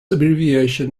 abbreviation